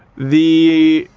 the.